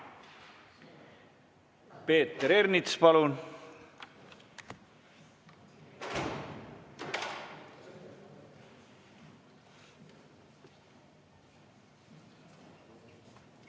Peeter Ernits, palun!